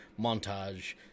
montage